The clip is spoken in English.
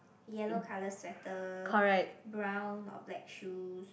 yellow colour sweater brown or black shoe